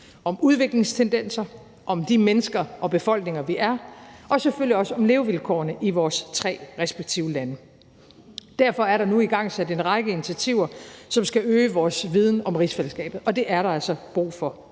om udviklingstendenser, om de mennesker og befolkninger, vi er, og selvfølgelig også om levevilkårene i vores tre respektive lande. Derfor er der nu igangsat en række initiativer, som skal øge vores viden om rigsfællesskabet, og det er der altså brug for.